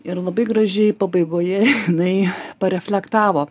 ir labai gražiai pabaigoje jinai pareflektavo